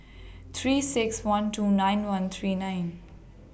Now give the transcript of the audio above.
three six one two nine one three nine